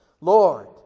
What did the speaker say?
Lord